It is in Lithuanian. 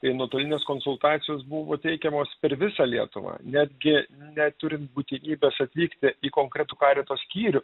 tai nuotolinės konsultacijos buvo teikiamos per visą lietuvą netgi neturint būtinybės atvykti į konkretų karito skyrių